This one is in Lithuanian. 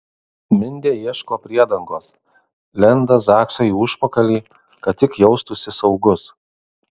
mindė ieško priedangos lenda zaksui į užpakalį kad tik jaustųsi saugus